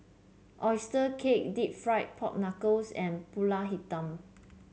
oyster cake deep fried Pork Knuckles and pulut hitam